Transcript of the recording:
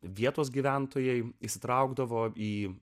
vietos gyventojai įsitraukdavo į